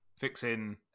fixing